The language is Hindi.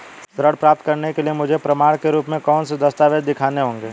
ऋण प्राप्त करने के लिए मुझे प्रमाण के रूप में कौन से दस्तावेज़ दिखाने होंगे?